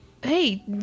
Hey